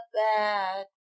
bad